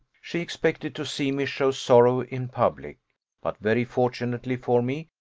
she expected to see me show sorrow in public but very fortunately for me,